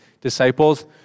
disciples